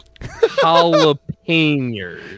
Jalapenos